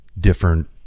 different